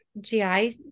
GI